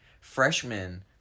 freshmen